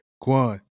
Kwan